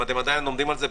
אם אתם עדיין עומדים על זה,